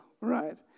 right